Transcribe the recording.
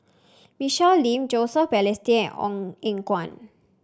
Michelle Lim Joseph Balestier and Ong Eng Guan